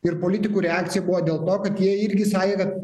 ir politikų reakcija buvo dėl to kad jie irgi sakė kad